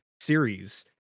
series